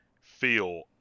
feel